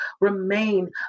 remain